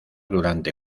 durante